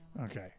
Okay